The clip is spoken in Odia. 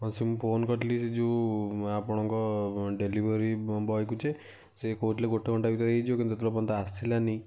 ହଁ ସେ ମୁଁ ଫୋନ୍ କରିଥିଲି ସେ ଯେଉଁ ଆପଣଙ୍କ ଡେଲିଭରି ବୟକୁ ଯେ ସେ କହୁଥିଲେ ଗୋଟେ ଘଣ୍ଟେ ଭିତରେ ହେଇଯିବ କିନ୍ତୁ ଏତେବେଳେ ପର୍ଯ୍ୟନ୍ତ ଆସିଲାନି